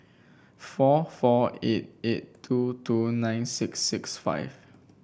four four eight eight two two nine six six five